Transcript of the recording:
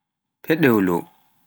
feɗeli